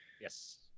Yes